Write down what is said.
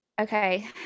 Okay